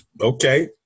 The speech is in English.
okay